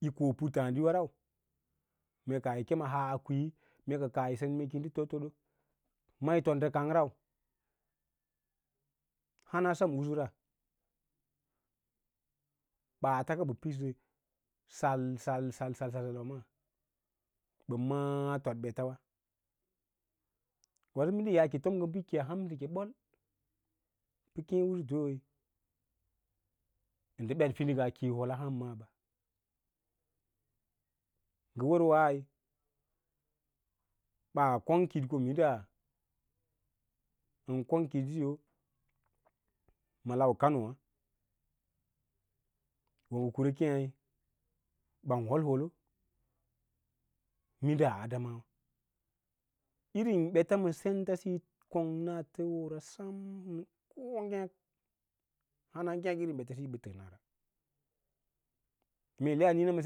Yi ko puttaadiwa rau mee kaah yi kem ahaa a kwii, mee ka kaah yo sen mee kiyi ndə tod toɗo ma toɗ nɗə kang rau hana sem usura ɓaats ka ɓə piɗsə sal, sal, sal, sal, sal, sal wa maa ɓə maã tiɗ ɓetawa waso minda yaake tom ngə bəkəke a hamsəks bôl, pə keẽ usutuí ndə ɓet fidingga kī yi hoa han maa ɓe, ngə wər waī ɓaa kong kitko minda a kong kitsiyo ma lau kanowâ wo ngə kura keẽ ɓan woɗwodo minda adamawa irin ɓets ma sents siyi kong na təəwo ra sam ko ngek hana ngek irin ɓets siyi ɓə təənare mee leyan niĩns ma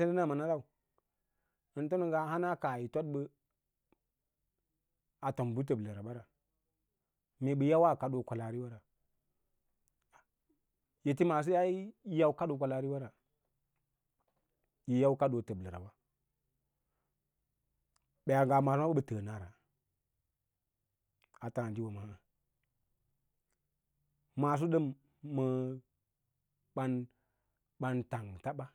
senɗanawa rau ən tom nə ngaa hana kaah yi fod bə a tom bə təbləra ba ra mee ɓa yawaa kado kwalaariwa ra ete maaso ai yi yau kaɗoo kwalaariwa ra yí kadoo təbkərawa ɓet maasoɓa ɓətəənara a tǎǎɗiwa maa maaso ɗəm məə ɓan tang mbəsa ɓa.